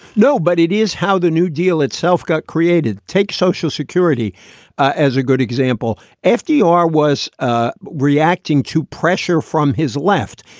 no, but it is how the new deal itself got created. take social security as a good example. fdr was ah reacting to pressure from his left.